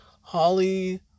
Holly